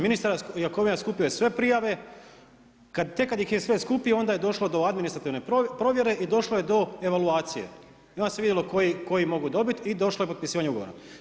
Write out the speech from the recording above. Ministar Jakovina skupio je sve prijave, tek kada ih je sve skupio onda je došlo do administrativne provjere i došlo je do evaluacije i onda se vidjelo koji mogu dobiti i došlo je potpisivanje ugovora.